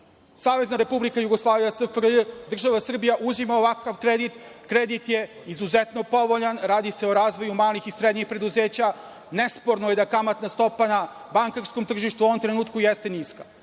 Savezna Republika Jugoslavija, SFRJ, država Srbija uzima ovakav kredit. Kredit je izuzetno povoljan. Radi se o razvoju malih i srednjih preduzeća. Nesporno je kamatna stopa na bankarskom tržištu u ovom trenutku jeste niska.